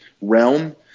realm